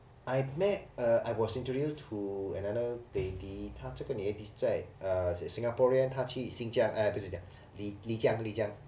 I met uh I was introduced to another lady 他这个 lady 是在 singaporean 他去新江 eh 不是是丽江丽江